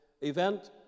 event